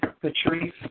Patrice